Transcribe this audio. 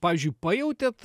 pavyzdžiui pajautėt